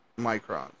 microns